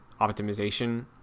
optimization